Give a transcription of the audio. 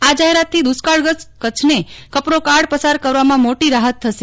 આ જાહેરાતથી દૂષ્કાળગ્રસ્ત કચ્છને કપરો કાળ પસાર કરવામા મોટી રાહત થશે